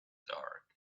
dark